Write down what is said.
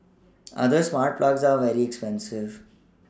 other smart plugs are very expensive